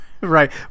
Right